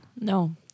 No